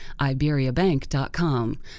iberiabank.com